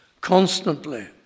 constantly